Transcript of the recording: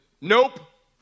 Nope